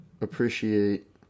appreciate